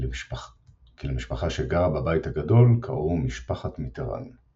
כי למשפחה שגרה בבית הגדול קראו משפחת מיטראן.